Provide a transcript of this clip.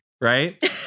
right